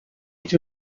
est